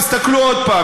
תסתכלו עוד פעם,